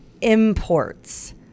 imports